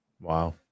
Wow